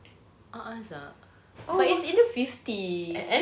a'ah sia but it's in the fifties